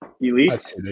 elite